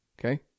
okay